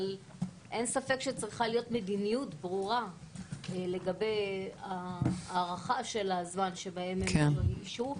אין ספק שצריכה להיות מדיניות ברורה לגבי הערכת הזמן בו הם ישהו,